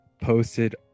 posted